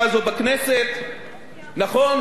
גם שר האוצר שלפני היה יכול לעשות את זה,